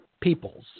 peoples